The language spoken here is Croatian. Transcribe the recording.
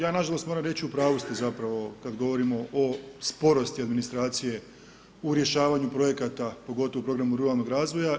Ja nažalost moram reći u pravu ste zapravo kada govorimo o sporosti administracije u rješavanju projekata pogotovo u programu ruralnog razvoja.